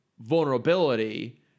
vulnerability